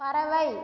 பறவை